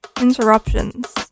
Interruptions